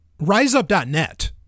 RiseUp.net